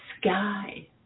sky